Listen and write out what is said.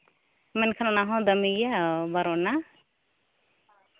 ᱢᱮᱱᱠᱷᱟᱱ ᱚᱱᱟ ᱦᱚᱸ ᱫᱟᱹᱢᱤ ᱜᱮᱭᱟ ᱵᱟᱨᱚ ᱟᱱᱟ